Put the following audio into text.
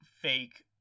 fake